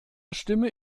stimme